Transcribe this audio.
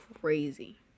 crazy